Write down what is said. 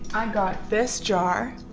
i got this jar.